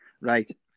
Right